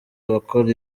abakora